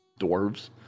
dwarves